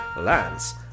Lance